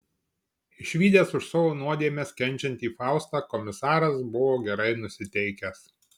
išvydęs už savo nuodėmes kenčiantį faustą komisaras buvo gerai nusiteikęs